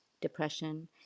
depression